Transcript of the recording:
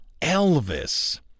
Elvis